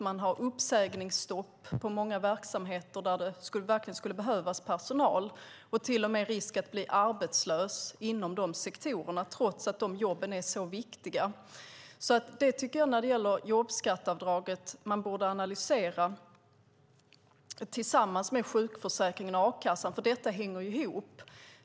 Man har anställningsstopp i många verksamheter där det verkligen skulle behövas personal. Det finns till och risk att bli arbetslös inom de sektorerna, trots att de jobben är så viktiga. Mot bakgrund av jobbskatteavdraget borde man analysera detta tillsammans med sjukförsäkringen och a-kassan, för detta hänger ihop.